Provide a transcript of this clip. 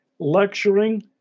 lecturing